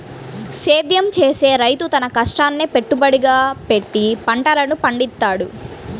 సేద్యం చేసే రైతు తన కష్టాన్నే పెట్టుబడిగా పెట్టి పంటలను పండిత్తాడు